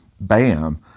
BAM